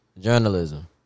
Journalism